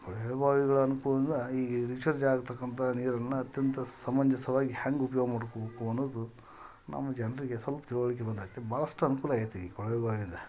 ಕೊಳವೆ ಬಾವಿಗಳ ಅನುಕೂಲ್ದಿಂದ ಈಗ ರಿಚಾರ್ಜ್ ಆಗ್ತಕ್ಕಂತ ನೀರನ್ನು ಅತ್ಯಂತ ಸಮಂಜಸವಾಗಿ ಹ್ಯಾಂಗೆ ಉಪಯೋಗ ಮಾಡ್ಕೊಬೇಕು ಅನ್ನೋದು ನಮ್ಮ ಜನರಿಗೆ ಸ್ವಲ್ಪ ತಿಳುವಳಿಕೆ ಬಂದೈತೆ ಭಾಳಷ್ಟು ಅನುಕೂಲ ಆಗೈತೆ ಈ ಕೊಳವೆ ಬಾವಿಯಿಂದ